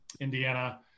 Indiana